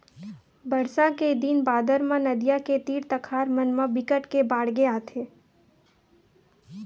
बरसा के दिन बादर म नदियां के तीर तखार मन म बिकट के बाड़गे आथे